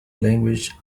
language